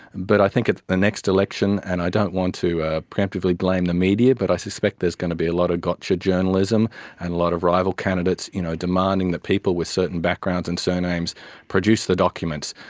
but i think at the next election, and i don't want to ah pre-emptively blame the media, but i suspect there's going to be a lot of gotcha journalism and a lot of rival candidates you know demanding that people with certain backgrounds and surnames produce the documents,